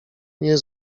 nie